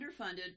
underfunded